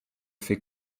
fait